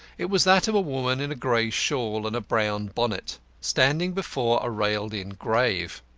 it was that of a woman in a grey shawl and a brown bonnet, standing before a railed-in grave.